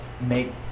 make